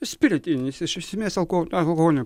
spiritinis iš esmės alko alkoholiu